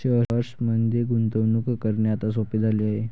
शेअर्समध्ये गुंतवणूक करणे आता सोपे झाले आहे